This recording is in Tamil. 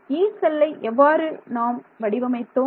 'யீ' செல்லை எவ்வாறு நாம் வடிவமைத்தோம்